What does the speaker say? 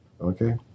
okay